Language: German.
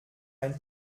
ein